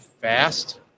fast